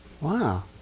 Wow